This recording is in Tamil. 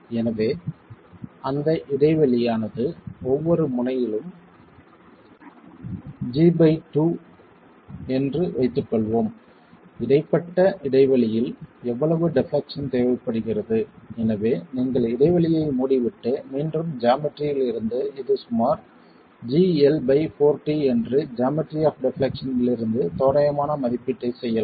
எனவே அந்த இடைவெளியானது ஒவ்வொரு முனையிலும் g2 என்று வைத்துக்கொள்வோம் இடைப்பட்ட இடைவெளியில் எவ்வளவு டெப்லெக்சன் தேவைப்படுகிறது எனவே நீங்கள் இடைவெளியை மூடிவிட்டு மீண்டும் ஜாமட்டரி யில் இருந்து இது சுமார் gL4t என்று ஜாமட்டரி ஆப் டெப்லெக்சன் லிருந்து தோராயமான மதிப்பீட்டைச் செய்யலாம்